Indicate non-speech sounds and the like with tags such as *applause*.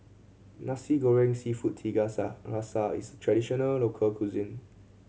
Nasi Goreng Seafood tiga *unintelligible* rasa is a traditional local cuisine